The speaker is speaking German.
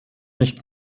nicht